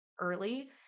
early